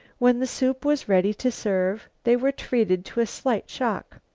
when the soup was ready to serve they were treated to a slight shock.